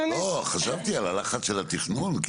חשבתי על הלחץ של התכנון,